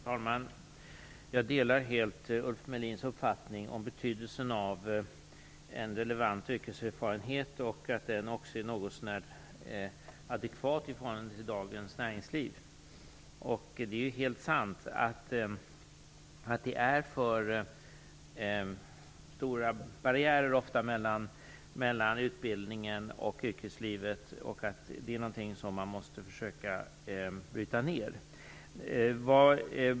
Fru talman! Jag delar helt Ulf Melins uppfattning om betydelsen av en relevant yrkeserfarenhet och att denna också skall vara något så när adekvat i förhållande till dagens näringsliv. Det är helt sant att det ofta är för stora barriärer mellan utbildningen och yrkeslivet och att det är något som man måste försöka bryta ner.